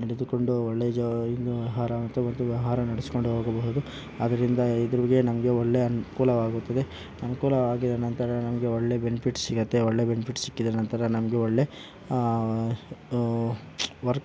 ನಡೆದುಕೊಂಡು ಒಳ್ಳೆ ವ್ಯವಹಾರ ಅಂತು ಇಂತು ವ್ಯವಹಾರ ನಡೆಸಿಕೊಂಡು ಹೋಗಬಹುದು ಅದರಿಂದ ಇದ್ರಿಗೆ ನಮಗೆ ಒಳ್ಳೆ ಅನುಕೂಲವಾಗುತ್ತದೆ ಅನುಕೂಲ ಆಗಿ ನಂತರ ನಮಗೆ ಒಳ್ಳೆ ಬೆನಿಫಿಟ್ ಸಿಗುತ್ತೆ ಒಳ್ಳೆ ಬೆನಿಫಿಟ್ ಸಿಕ್ಕಿದ ನಂತರ ನಮಗೆ ಒಳ್ಳೆ ವರ್ಕ್